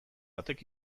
batek